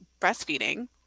breastfeeding